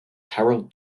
harold